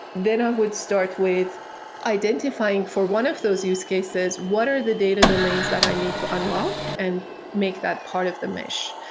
then i would start with identifying for one of those use cases, what are the data domains that i need to unlock and make that part of the mesh?